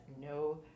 no